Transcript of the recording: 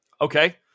Okay